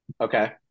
Okay